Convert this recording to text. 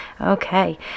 Okay